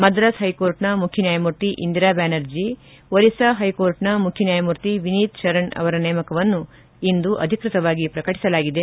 ಮದ್ರಾಸ್ ಹೈಕೋರ್ಟ್ನ ಮುಖ್ಯ ನ್ಡಾಯಮೂರ್ತಿ ಇಂದಿರಾ ಬ್ಯಾನರ್ಜಿ ಒರಿಸ್ಲಾ ಹೈಕೋರ್ಟ್ನ ಮುಖ್ಯ ನ್ಯಾಯಮೂರ್ತಿ ವಿನೀತ್ ತರಣ್ ಅವರ ನೇಮಕವನ್ನು ಇಂದು ಅಧಿಕೃತವಾಗಿ ಪ್ರಕಟಿಸಲಾಗಿದೆ